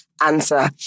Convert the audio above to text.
answer